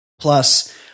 Plus